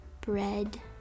bread